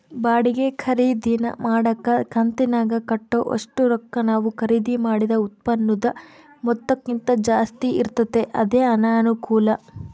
ಬಾಡಿಗೆ ಖರೀದಿನ ಮಾಡಕ ಕಂತಿನಾಗ ಕಟ್ಟೋ ಒಷ್ಟು ರೊಕ್ಕ ನಾವು ಖರೀದಿ ಮಾಡಿದ ಉತ್ಪನ್ನುದ ಮೊತ್ತಕ್ಕಿಂತ ಜಾಸ್ತಿ ಇರ್ತತೆ ಅದೇ ಅನಾನುಕೂಲ